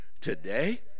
today